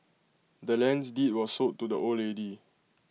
the land's deed was sold to the old lady